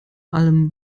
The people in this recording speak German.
allem